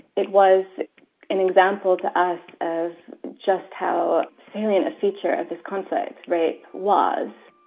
it was an example to us of just how salient a feature of this conflict rape was